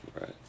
Right